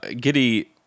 giddy